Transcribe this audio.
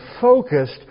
focused